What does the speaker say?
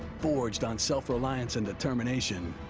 forged on self-reliance and determination,